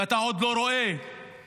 ואתה עוד לא רואה באופק